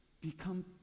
become